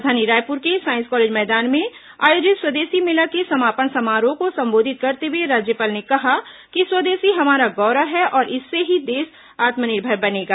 राजधानी रायपुर के साईस कॉलेज मैदान में आयोजित स्वदेशी मेला के समापन समारोह को संबोधित करते हुए राज्यपाल ने कहा कि स्वदेशी हमारा गौरव है और इससे ही देश आत्मनिर्भर बनेगा